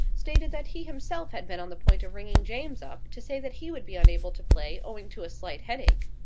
stated that he himself had been on the point of ringing james up to say that he would be unable to play owing to a slight headache.